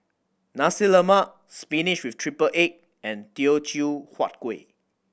Nasi Lemak spinach with triple egg and Teochew Huat Kuih